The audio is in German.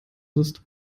ist